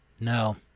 no